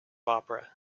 opera